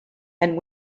and